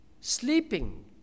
sleeping